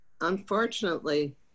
unfortunately